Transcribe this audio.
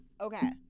Okay